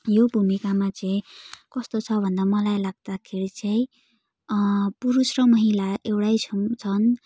यो भूमिकामा चाहिँ कस्तो छ भन्दा मलाई लाग्दाखेरि चाहिँ पुरुष र महिला एउटै छौँ छन्